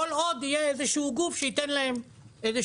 כל עוד יהיה איזשהו גוף שייתן להם כסף.